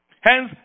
Hence